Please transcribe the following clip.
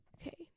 okay